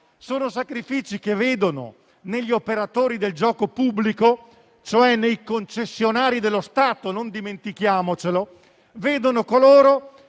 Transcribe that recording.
sono sacrifici che vedono negli operatori del gioco pubblico, cioè nei concessionari dello Stato (non dimentichiamocelo), coloro